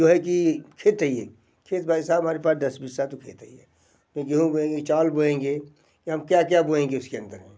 जो है कि खेत है ये खेत भी साहब हमारे पात दस बीस सात खेत ही हैं ये गेहूं बोएंगे कि चावल बोएंगे अब क्या क्या बोएंगे उसके अंदर